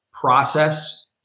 process